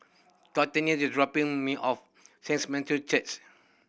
Cortney is dropping me off Matthew Church